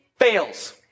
fails